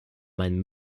mein